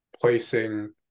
placing